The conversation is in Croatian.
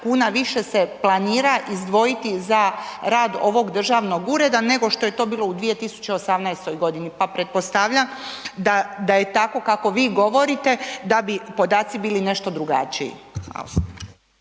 kuna, više se je planira izdvojiti za rad ovog državnog ureda, nego što je to u 2018. g. pa pretpostavljam da je tako kako vi govorite, da bi podaci bili nešto drugačiji.